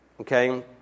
okay